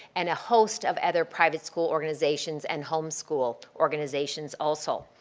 and a host of other private school organizations and home school organizations also.